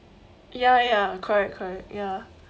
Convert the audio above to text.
ya ya ya correct correct ya